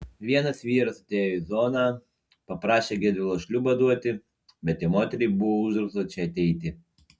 vienas vyras atėjo į zoną paprašė gedvilo šliūbą duoti bet jo moteriai buvo uždrausta čia ateiti